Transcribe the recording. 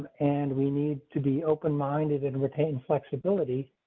and we need to be open minded and retain flexibility.